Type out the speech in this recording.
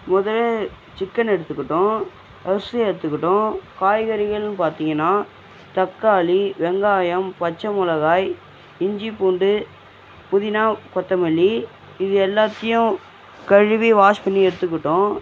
முதலில் சிக்கன் எடுத்துக்கிட்டோம் அரிசி எடுத்துக்கிட்டோம் காய்கறிகள்னு பார்த்தீங்கன்னா தக்காளி வெங்காயம் பச்சை மிளகாய் இஞ்சி பூண்டு புதினா கொத்தமல்லி இது எல்லாத்தையும் கழுவி வாஷ் பண்ணி எடுத்துக்கிட்டோம்